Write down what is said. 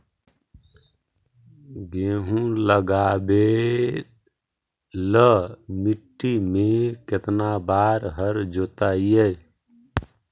गेहूं लगावेल मट्टी में केतना बार हर जोतिइयै?